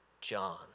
John